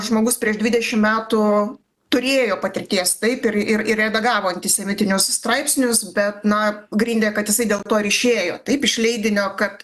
žmogus prieš dvidešim metų turėjo patirties taip ir ir ir redagavo antisemitinius straipsnius bet na grindė kad jisai dėl to ir išėjo taip iš leidinio kad